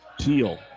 Teal